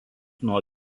nuo